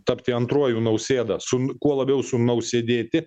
tapti antruoju nausėda sun kuo labiau sūnau sėdėti